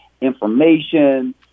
information